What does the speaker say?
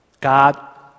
God